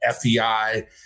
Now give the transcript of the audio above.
FEI